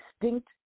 distinct